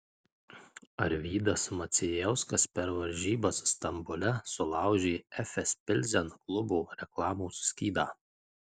arvydas macijauskas per varžybas stambule sulaužė efes pilsen klubo reklamos skydą